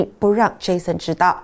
不让Jason知道